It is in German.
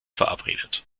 verabredet